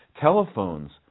telephones